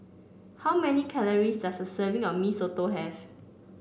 how many calories does a serving of Mee Soto have